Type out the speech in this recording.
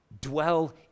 dwell